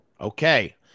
okay